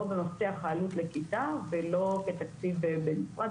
לא במפתח העלות לכיתה ולא בתקציב המשרד.